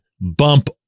bump